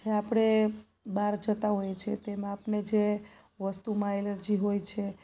જે આપણે બહાર જતાં હોઈએ છીએ તેમાં આપણને જે વસ્તુમાં એલર્જી હોય છે